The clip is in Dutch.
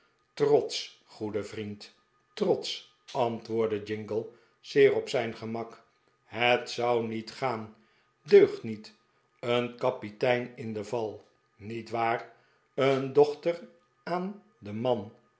goede vriend trots antwoordde jingle zeer op zijn gemak het zou niet gaan deugt niet een kapitein in de val niet waar een dochter aan den man